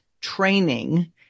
training